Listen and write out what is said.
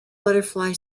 butterfly